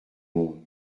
monde